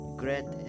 great